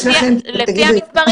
לפי המספרים, כן.